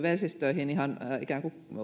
vesistöihin ihan ikään kuin